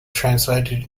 translated